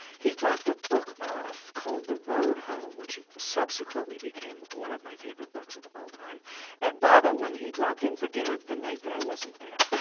he dropped a book off called the road home which subsequently became one of my favorite books of all time at babbo when he dropped in for dinner the night that i wasn't there.